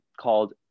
called